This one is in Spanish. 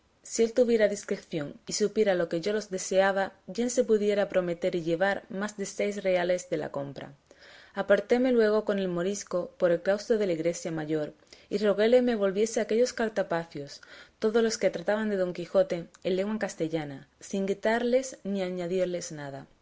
si él tuviera discreción y supiera lo que yo los deseaba bien se pudiera prometer y llevar más de seis reales de la compra apartéme luego con el morisco por el claustro de la iglesia mayor y roguéle me volviese aquellos cartapacios todos los que trataban de don quijote en lengua castellana sin quitarles ni añadirles nada